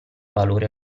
valore